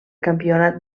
campionat